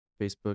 Facebook